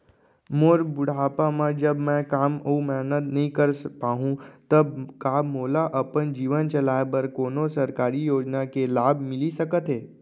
मोर बुढ़ापा मा जब मैं काम अऊ मेहनत नई कर पाहू तब का मोला अपन जीवन चलाए बर कोनो सरकारी योजना के लाभ मिलिस सकत हे?